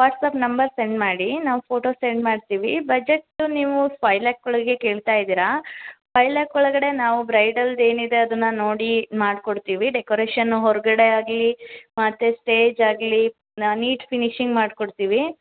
WhatsApp number send ಮಾಡಿ ನಾವು photo send ಮಾಡ್ತೀವಿ ಬಜೆಟ್ ನೀವು ಫೈ ಲ್ಯಾಕ್ ಒಳಗೆ ಕೇಳ್ತಾ ಇದ್ದೀರ ಫೈಯ್ ಲ್ಯಾಕ್ ಒಳಗಡೆ ನಾವು ಬ್ರೈಡಲ್ದು ಏನಿದೆ ಅದನ್ನ ನೋಡಿ ಮಾಡಿಕೊಡ್ತೀವಿ ಡೆಕೋರೇಷನು ಹೊರಗಡೆ ಆಗಲಿ ಮತ್ತು ಸ್ಟೇಜ್ ಆಗಲಿ ನೀಟ್ ಫಿನಿಶಿಂಗ್ ಮಾಡಿಕೊಡ್ತೀವಿ